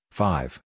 five